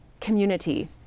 community